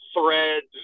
threads